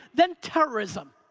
than terrorism.